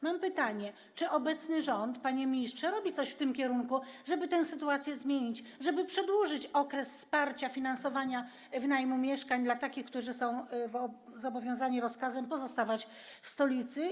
Mam pytanie: Czy obecny rząd, panie ministrze, robi coś w tym kierunku, żeby tę sytuację zmienić, żeby przedłużyć okres wsparcia finansowania wynajmu mieszkań dla takich, którzy są zobowiązani rozkazem pozostawać w stolicy?